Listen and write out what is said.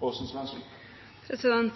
vedteke.